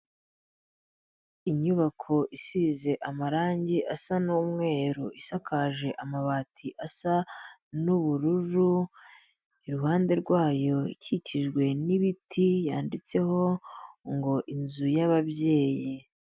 Inyubako isize amarangi asa n'umweru, isakaje amabati asa n'ubururu, iruhande rwayo ikikijwe n'ibiti, yanditseho ngo inzu y'ababyeyi.